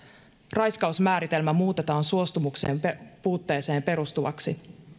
raiskausmääritelmä muutetaan suostumuksen puutteeseen perustuvaksi